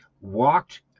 walked